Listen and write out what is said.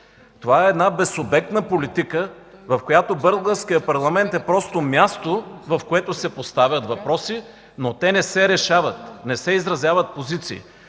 Това е една безсубектна политика, в която българският парламент е просто място, в което се поставят въпроси, но не се решават, не се изразяват позиции.